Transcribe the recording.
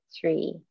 three